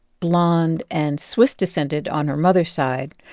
blonde and swiss-descended on her mother's side.